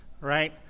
right